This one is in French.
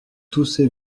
tousser